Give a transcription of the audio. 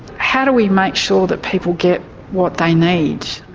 how do we make sure that people get what they need?